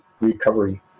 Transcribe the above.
recovery